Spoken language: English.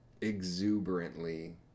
exuberantly